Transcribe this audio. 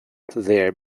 there